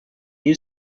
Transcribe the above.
you